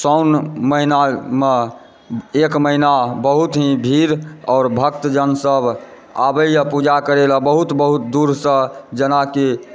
साओन महीनामे एक महीना बहुत ही भीड़ आओर भक्तजन सब आबैए पूजा करै ला बहुत दूरसँ जेना कि